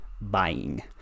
buying